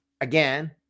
again